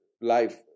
life